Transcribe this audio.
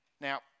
Now